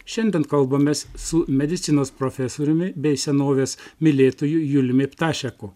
šiandien kalbamės su medicinos profesoriumi bei senovės mylėtoju juliumi ptašeku